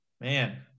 man